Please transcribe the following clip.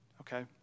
Okay